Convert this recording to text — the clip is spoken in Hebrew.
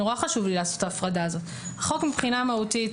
נורא חשוב לי לעשות ת ההפרדה הזאת החוק מבחינה מהותית